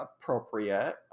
appropriate